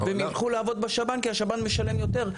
והם ילכו לעבוד בשב"ן, כי השב"ן משלם יותר.